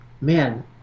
man